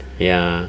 ya